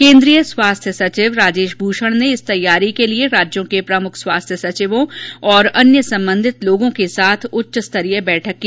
केंद्रीय स्वास्थ्य सचिव राजेश भूषण ने इस तैयारी के लिए राज्यों के प्रमुख सचिव स्वास्थ्य और अन्य संबंधित लोगों के साथ एक उच्च स्तरीय बैठक की